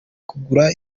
kugura